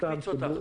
הקפיץ אותך.